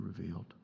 revealed